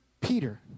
peter